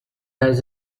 has